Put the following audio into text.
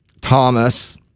Thomas